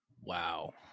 Wow